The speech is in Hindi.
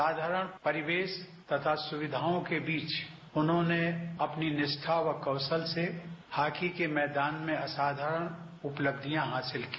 साधारण परिवेश तथा सुविधाओं के बीच उन्होंने अपनी निष्ठा व कौशल से हॉकी के मैदान में असाधारण उपलब्धियां हासिल की